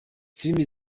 filimi